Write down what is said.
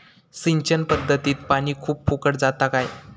सिंचन पध्दतीत पानी खूप फुकट जाता काय?